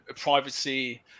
privacy